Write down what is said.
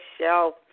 shelf